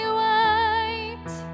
white